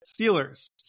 Steelers